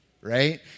right